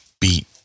beat